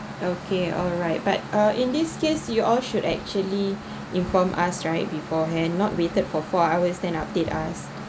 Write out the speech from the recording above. okay alright but uh in this case you all should actually inform us right beforehand not waited for four hours then update us